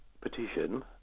petition